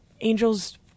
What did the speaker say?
angels